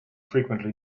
frequently